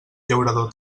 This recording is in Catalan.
llaurador